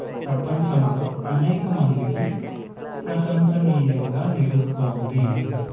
ప్రపంచంలో అనేక మందికి ప్రశంసనీయంగా నిలుస్తోంది